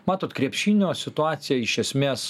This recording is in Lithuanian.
matot krepšinio situacija iš esmės